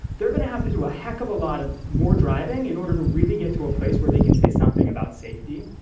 they're gonna have to do a heck of a lot of more driving in order to really get to a place where they can say something about safety.